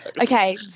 Okay